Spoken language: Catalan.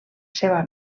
seva